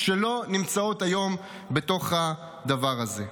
שלא נמצאות היום בתוך הדבר הזה.